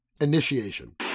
Initiation